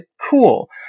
cool